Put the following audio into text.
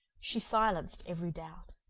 she silenced every doubt.